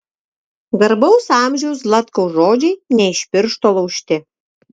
garbaus amžiaus zlatkaus žodžiai ne iš piršto laužti